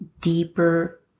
deeper